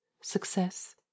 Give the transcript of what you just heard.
success